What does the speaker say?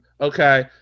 okay